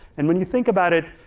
and when you think about it,